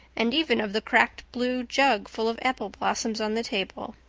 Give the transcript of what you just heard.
and even of the cracked blue jug full of apple blossoms on the table.